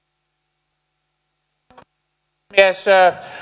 arvoisa puhemies